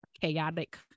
chaotic